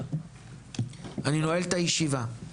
אני נועל את הישיבה.